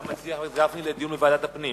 אתה מציע, חבר הכנסת גפני, דיון בוועדת הפנים.